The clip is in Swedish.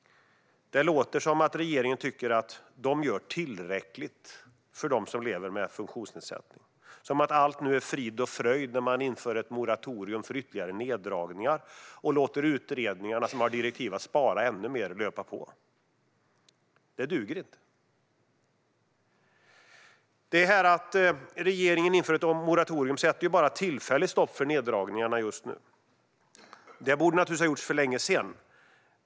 Det låter som att regeringen tycker att den gör tillräckligt för dem som lever med en funktionsnedsättning. Det låter som att allt är frid och fröjd när man nu inför ett moratorium för ytterligare neddragningar och låter utredningarna, som har direktiv att spara ännu mer, löpa på. Det duger inte. Regeringens moratorium sätter bara tillfälligt stopp för neddragningarna just nu. Detta borde naturligtvis ha införts för länge sedan.